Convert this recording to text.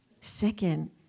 second